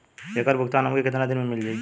ऐकर भुगतान हमके कितना दिन में मील जाई?